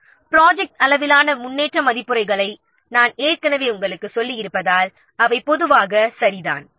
எனவே ப்ராஜெக்ட் அளவிலான முன்னேற்ற மதிப்புரைகளை நான் ஏற்கனவே உங்களுக்குச் சொல்லியிருப்பதால் அவை பொதுவாக சரிதான்